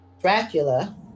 Dracula